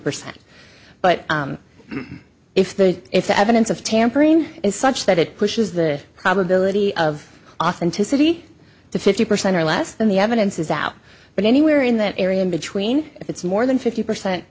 percent but if the if the evidence of tampering is such that it pushes the probability of authenticity to fifty percent or less than the evidence is out but anywhere in that area in between if it's more than fifty percent